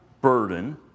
burden